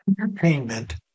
Entertainment